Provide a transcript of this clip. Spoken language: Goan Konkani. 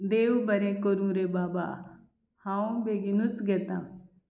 देव बरें करूं रे बाबा हांव बेगीनूच घेतां